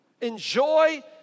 enjoy